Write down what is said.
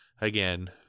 again